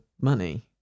money